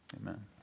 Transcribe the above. Amen